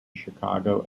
chicago